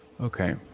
Okay